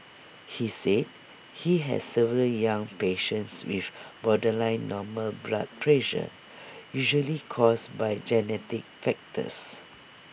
he said he has several young patients with borderline normal blood pressure usually caused by genetic factors